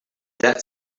dead